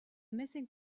missing